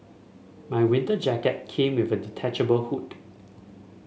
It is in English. my winter jacket came with a detachable hood